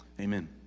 Amen